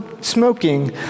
smoking